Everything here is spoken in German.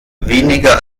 weniger